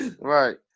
Right